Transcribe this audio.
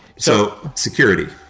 so security.